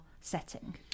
setting